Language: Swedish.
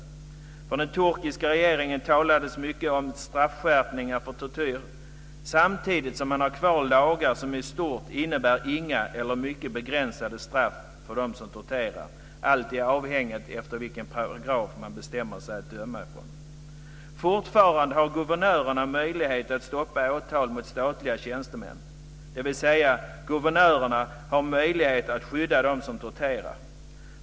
Från den turkiska regeringen talades det mycket om straffskärpningar för tortyr samtidigt som man har kvar lagar som i stort innebär inga eller mycket begränsade straff för dem som torterar. Allt är avhängigt av vilken paragraf som man bestämmer sig för att använda när man dömer. Fortfarande har guvernörerna möjlighet att stoppa åtal mot statliga tjänstemän, dvs. att guvernörerna har möjlighet att skydda dem som torterar.